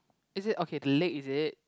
is it okay the leg is it